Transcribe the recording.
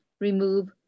remove